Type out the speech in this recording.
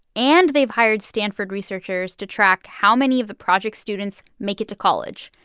and they've hired stanford researchers to track how many of the project's students make it to college,